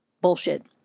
bullshit